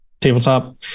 tabletop